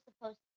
supposed